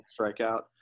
strikeout